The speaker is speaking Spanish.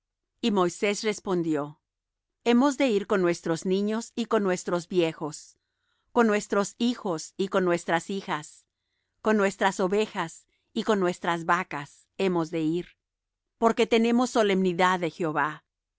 y moisés respondió hemos de ir con nuestros niños y con nuestros viejos con nuestros hijos y con nuestras hijas con nuestras ovejas y con nuestras vacas hemos de ir porque tenemos solemnidad de jehová